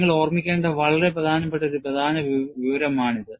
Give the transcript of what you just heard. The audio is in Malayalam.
നിങ്ങൾ ഓർമ്മിക്കേണ്ട വളരെ പ്രധാനപ്പെട്ട ഒരു പ്രധാന വിവരമാണിത്